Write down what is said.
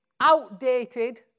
outdated